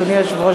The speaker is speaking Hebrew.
אדוני היושב-ראש,